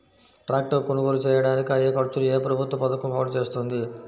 Tractor కొనుగోలు చేయడానికి అయ్యే ఖర్చును ఏ ప్రభుత్వ పథకం కవర్ చేస్తుంది?